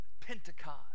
Pentecost